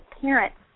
parents